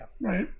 Right